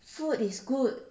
food is good